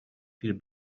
viel